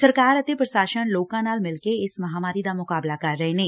ਸਰਕਾਰ ਅਤੇ ਪ੍ਸ਼ਾਸਨ ਲੋਕਾਂ ਨਾਲ ਮਿਲਕੇ ਇਸ ਮਹਾਂਮਾਰੀ ਦਾ ਮੁਕਾਬਲਾ ਕਰ ਰਹੇ ਨੇ